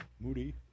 Moody